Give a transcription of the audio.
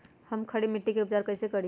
हम खड़ी मिट्टी के उपचार कईसे करी?